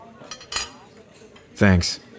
Thanks